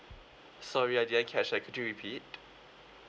sorry I didn't catch that could you repeat